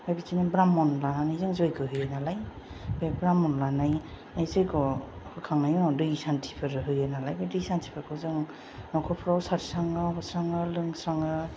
आमफ्राय बिदिनो जों ब्राह्मण लानानै जों जग्य होयो नालाय बे ब्राह्मण लानाय जग्य होखांनाय उनाव दै सान्थिफोर होयो नालाय बे दै सान्थिफोरखौ जों न'खरफ्राव सारस्राङो होस्राङो लोंस्राङो